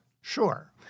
Sure